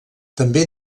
també